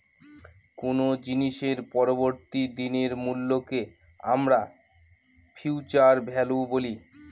কোনো জিনিসের পরবর্তী দিনের মূল্যকে আমরা ফিউচার ভ্যালু বলি